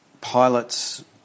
pilots